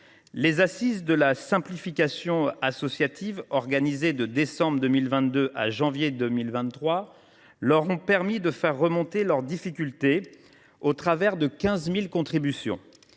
Les Assises de la simplification associative, organisées de décembre 2022 à janvier 2023, leur ont permis de faire remonter leurs difficultés au travers de 15 000 contributions.